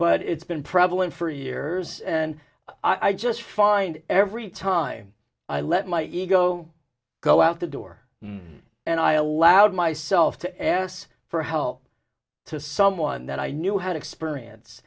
but it's been prevalent for years and i just find every time i let my ego go out the door and i allowed myself to ask for help to someone that i knew had experience